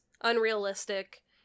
unrealistic